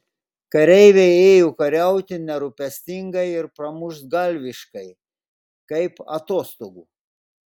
kareiviai ėjo kariauti nerūpestingai ir pramuštgalviškai kaip atostogų